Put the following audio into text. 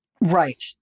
right